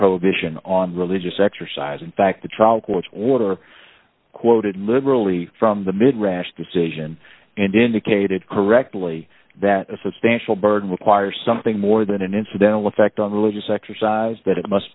prohibition on religious exercise in fact the trial court order quoted liberally from the mid rash decision and indicated correctly that a substantial burden requires something more than an incidental effect on religious exercise that it must